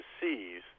seize